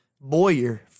Boyer